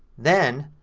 then,